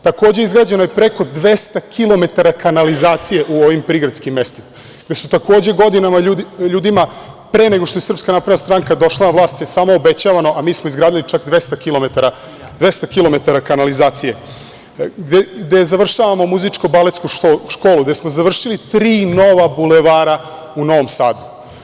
Takođe, izgrađeno je preko 200 kilometara kanalizacije u ovim prigradskim mestima, gde je takođe ljudima godinama, pre nego što je SNS došla na vlast, samo obećavano, a mi smo izgradili čak 200 kilometara kanalizacije, gde završavamo muzičko-baletsku školu, gde smo završili tri nova bulevara u Novom Sadu.